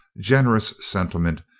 generous sentiment,